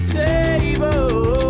table